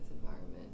environment